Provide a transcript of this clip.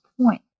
point